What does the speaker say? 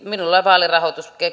minulla vaalirahoitus